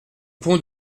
pont